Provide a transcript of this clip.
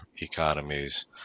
economies